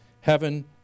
Heaven